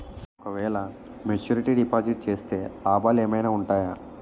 ఓ క వేల maturity deposit చేస్తే లాభాలు ఏమైనా ఉంటాయా?